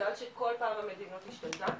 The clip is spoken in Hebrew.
בגלל שכל פעם המדיניות השתנתה,